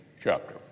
chapter